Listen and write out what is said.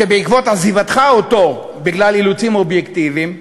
שבעקבות עזיבתך אותו בגלל אילוצים אובייקטיביים,